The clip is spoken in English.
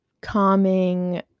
calming